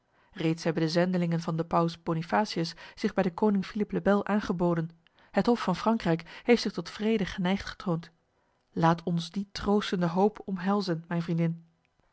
reeds hebben de zendelingen van de paus bonifacius zich bij de koning philippe le bel aangeboden het hof van frankrijk heeft zich tot vrede geneigd getoond laat ons die troostende hoop omhelzen mijn vriendin